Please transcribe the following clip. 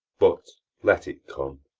but let it come